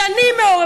שנים,